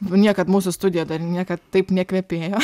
niekad mūsų studija dar niekad taip nekvepėjo